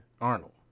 Arnold